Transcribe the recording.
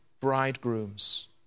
bridegrooms